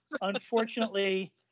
unfortunately